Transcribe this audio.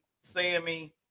Sammy